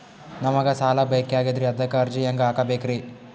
ನಮಗ ಸಾಲ ಬೇಕಾಗ್ಯದ್ರಿ ಅದಕ್ಕ ಅರ್ಜಿ ಹೆಂಗ ಹಾಕಬೇಕ್ರಿ?